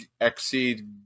exceed